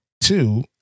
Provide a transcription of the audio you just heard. Two